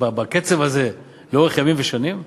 בקצב הזה לאורך ימים ושנים?